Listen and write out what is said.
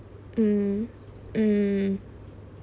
mmhmm mm